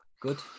Good